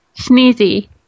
sneezy